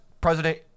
president